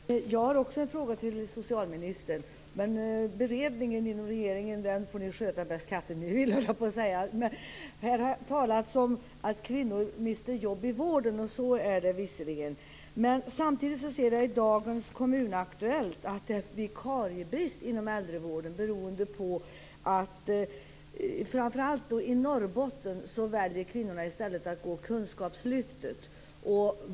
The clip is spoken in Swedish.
Fru talman! Jag har också en fråga till socialministern. Men beredningen inom regeringen får ni sköta bäst katten ni vill, höll jag på att säga! Här har talats om att kvinnor mister jobb i vården, och så är det visserligen. Samtidigt ser jag i dagens Kommun Aktuellt att det är vikariebrist inom äldrevården beroende på att kvinnorna framför allt i Norrbotten i stället väljer att delta i kunskapslyftet.